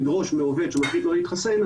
לדרוש מעובד שמחליט לא להתחסן,